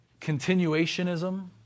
continuationism